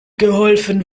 geholfen